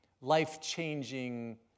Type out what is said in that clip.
life-changing